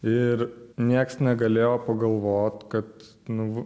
ir nieks negalėjo pagalvot kad nu